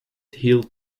hield